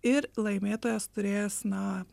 ir laimėtojas turėjęs na